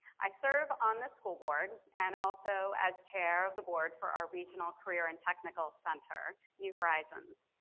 i serve on the school board and also as chair of the board for our regional career and technical center, new horizons.